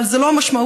אבל זו לא המשמעות.